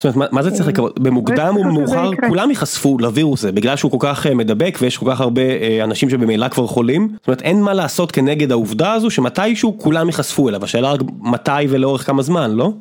מה זה צריך לקרות. במוקדם או במאוחר כולם יחשפו לווירוס הזה בגלל שהוא כל כך מדבק ויש כל כך הרבה אנשים שבמילא כבר חולים אין מה לעשות כנגד העובדה הזו שמתישהו כולם יחשפו אליו, השאלה מתי ולאורך כמה זמן, לא?